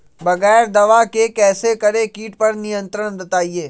बगैर दवा के कैसे करें कीट पर नियंत्रण बताइए?